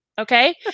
okay